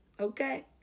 okay